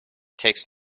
takes